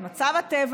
את מצב הטבע,